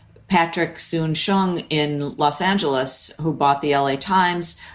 patrick soon-shiong in los angeles, who bought the l a. times.